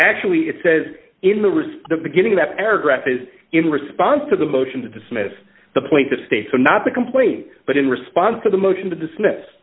actually it says in the wrist the beginning that paragraph is in response to the motion to dismiss the point the state not to complain but in response to the motion to dismiss